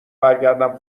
برگردم